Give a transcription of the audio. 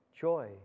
joy